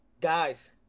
guys